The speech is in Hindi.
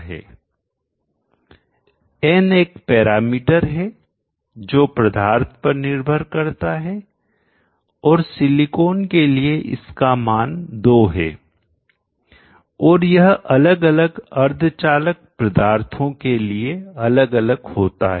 n एक पैरामीटर है जो पदार्थ पर निर्भर करता है और सिलिकॉन के लिए इसका मान 2 है और यह अलग अलग अर्धचालक पदार्थों के लिए अलग अलग होता है